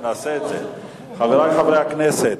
חברי חברי הכנסת,